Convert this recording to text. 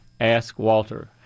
AskWalter